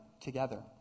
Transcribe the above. together